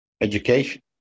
education